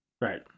Right